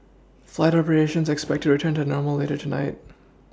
flight operations are expected to return to normal later tonight